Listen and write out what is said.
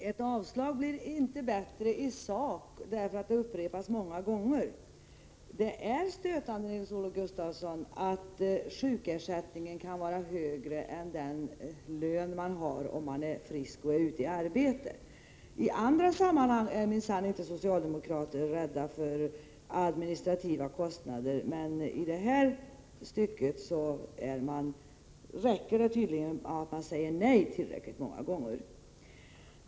Fru talman! Ett avslag blir inte bättre i sak bara för att det upprepas många gånger. Det är stötande, Nils-Olof Gustafsson, att sjukersättningen kan vara högre än den lön man har om man är frisk och ute i arbete. I andra sammanhang är socialdemokrater minsann inte rädda för administrativa kostnader, men i den här frågan räcker det tydligen att säga nej tillräckligt många gånger.